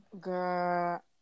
girl